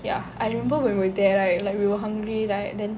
ya I remember when we were there right like we were hungry right then